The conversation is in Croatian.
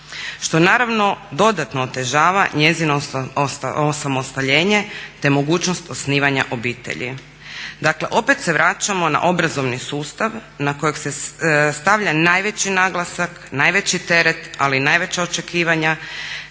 što naravno dodatno otežava njezino osamostaljenje te mogućnost osnivanja obitelji. Dakle opet se vraćamo na obrazovni sustav na kojeg se stavlja najveći naglasak, najveći teret ali i najveća očekivanja.